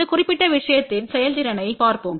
இந்த குறிப்பிட்ட விஷயத்தின் செயல்திறனைப் பார்ப்போம்